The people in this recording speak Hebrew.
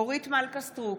אורית מלכה סטרוק,